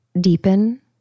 deepen